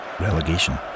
relegation